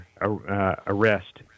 arrest